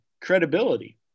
credibility